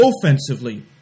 offensively